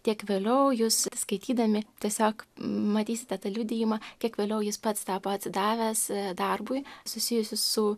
tiek vėliau jūs skaitydami tiesiog matysite tą liudijimą kiek vėliau jis pats tapo atsidavęs darbui susijusi su